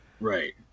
Right